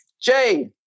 Jay